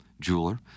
jeweler